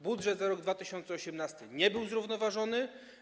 Budżet za rok 2018 nie był zrównoważony.